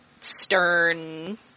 stern